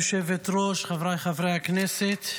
גברתי היושבת-ראש, חבריי חברי הכנסת,